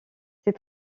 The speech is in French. ses